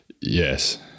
Yes